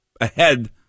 ahead